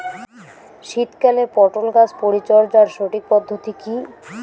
শীতকালে পটল গাছ পরিচর্যার সঠিক পদ্ধতি কী?